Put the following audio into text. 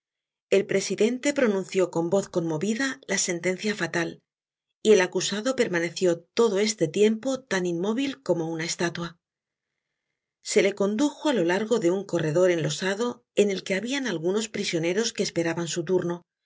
el presidente pronunció con voz conmovida la sentencia fatal y el acusado permaneció lodo este tiempo tan inmóvil como una estatua se le condujo á lo largo de un corredor enlosado en el que habian algunos prisioneros que esperaban su turno y